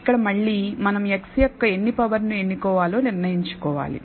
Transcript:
ఇక్కడ మళ్ళీ మనం x యొక్క ఎన్ని పవర్ ను ఎన్నుకోవాలో నిర్ణయించుకోవాలి